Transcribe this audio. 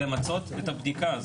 למצות את הבדיקה הזאת,